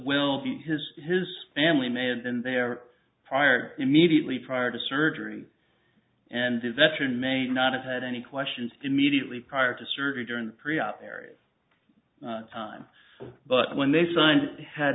be his his family may have been there prior immediately prior to surgery and the veteran may not have had any questions immediately prior to surgery during pre op areas time but when they signed